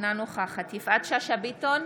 אינה נוכחת יפעת שאשא ביטון,